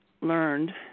learned